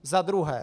Za druhé.